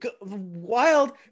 wild